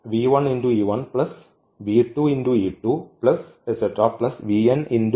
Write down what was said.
ഈ v യെ